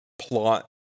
plot